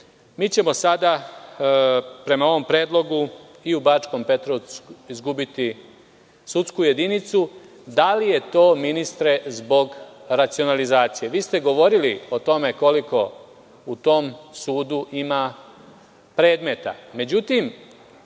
ćemo sada, prema ovom predlogu, i u Bačkom Petrovcu izgubiti sudsku jedinicu. Da li je to, ministre, zbog racionalizacije? Vi ste govorili o tome koliko u tom sudu ima predmeta.